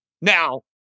Now